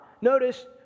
Notice